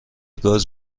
گاز